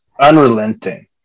unrelenting